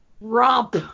romp